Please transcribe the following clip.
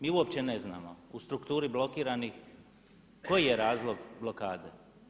Mi uopće ne znamo u strukturi blokiranih koji je razlog blokade.